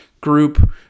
group